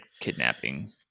kidnapping